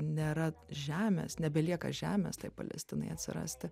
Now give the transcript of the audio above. nėra žemės nebelieka žemės tai palestinai atsirasti